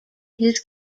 his